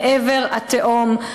לעבר התהום.